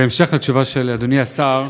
בהמשך לתשובה של אדוני השר,